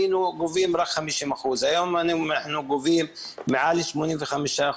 היינו גובים רק 50%. היום אנחנו גובים בין 90%-85%.